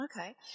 Okay